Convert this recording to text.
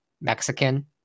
Mexican